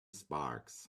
sparks